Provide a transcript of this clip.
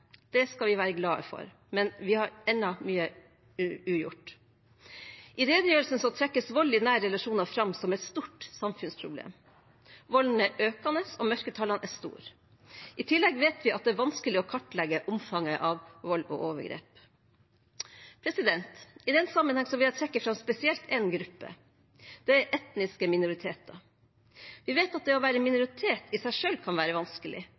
Det skal vi være glad for, men vi har ennå mye ugjort. I redegjørelsen trekkes vold i nære relasjoner fram som et stort samfunnsproblem. Volden er økende, og mørketallene er store. I tillegg vet vi at det er vanskelig å kartlegge omfanget av vold og overgrep. I den sammenheng vil jeg trekke fram spesielt én gruppe: etniske minoriteter. Vi vet at det å være en minoritet i seg selv kan være vanskelig.